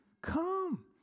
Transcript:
Come